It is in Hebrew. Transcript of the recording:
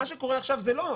מה שקורה עכשיו זה לא,